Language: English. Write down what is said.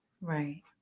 Right